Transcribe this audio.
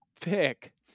pick